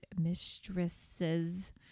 mistresses